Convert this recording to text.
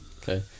Okay